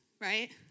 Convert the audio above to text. right